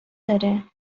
داره